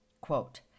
Quote